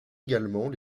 également